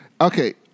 Okay